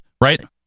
right